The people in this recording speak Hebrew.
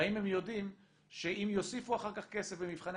והאם הם יודעים שאם יוסיפו אחר כך כסף במבחני